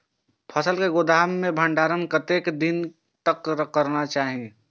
फसल के गोदाम में भंडारण कतेक दिन तक करना चाही?